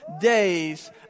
days